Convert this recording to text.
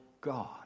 God